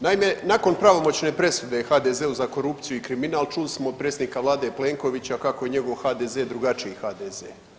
Naime, nakon pravomoćne presude HDZ-u za korupciju i kriminal čuli smo od predsjednika vlade Plenkovića kako je njegov HDZ drugačiji HDZ.